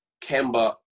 Kemba